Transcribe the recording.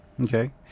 Okay